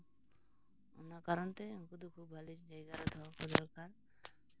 ᱚᱱᱟ ᱠᱟᱨᱚᱱ ᱛᱮ ᱩᱱᱠᱩ ᱫᱚ ᱠᱷᱩᱵᱽ ᱵᱷᱟᱹᱜᱤ ᱡᱟᱭᱜᱟ ᱨᱮ ᱫᱚᱦᱚ ᱠᱚ ᱫᱚᱨᱠᱟᱨ